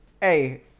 Hey